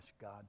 God